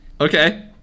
Okay